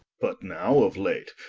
but now of late,